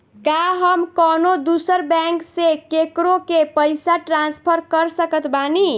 का हम कउनों दूसर बैंक से केकरों के पइसा ट्रांसफर कर सकत बानी?